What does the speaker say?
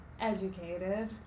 educated